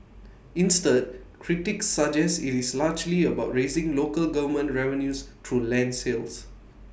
instead critics suggest IT is largely about raising local government revenues through land sales